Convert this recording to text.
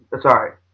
Sorry